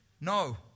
no